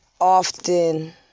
often